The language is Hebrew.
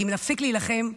כי אם נפסיק להילחם,